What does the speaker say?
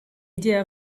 idea